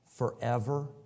Forever